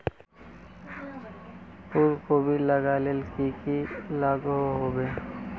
फूलकोबी लगाले की की लागोहो होबे?